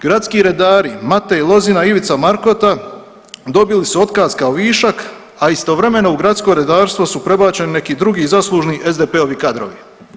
Gradski redari Matej Lozina i Ivica Markota dobili su otkaz kao višak, a istovremeno u gradsko redarstvo su prebačeni neki drugi zaslužni SDP-ovi kadrovi.